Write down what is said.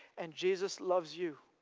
and jesus loves you